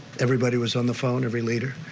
everybody was on the phone. every leader.